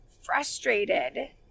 frustrated